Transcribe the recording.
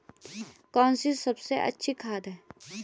कौन सी सबसे अच्छी खाद है?